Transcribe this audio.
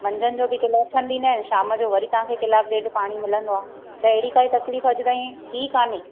मंझंदि जो बि कलाकु हलंदी नाहे शाम जो वरी तव्हां खे कलाकु ॾेढ पाणी मिलंदो आहे त हेॾी काई तकलीफ़ अॼु ताईं थी काने